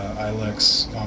Ilex